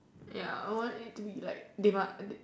ya I want it to be like they must